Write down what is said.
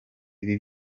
ibi